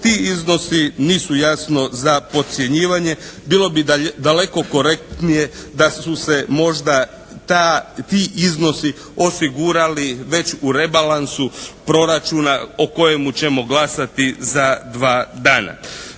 Ti iznosi nisu jasno za podcjenjivanje. Bilo bi daleko korektnije da su se možda ta, ti iznosi osigurali već u rebalansu proračuna o kojemu ćemo glasati za dva dana.